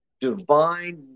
divine